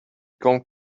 going